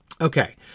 Okay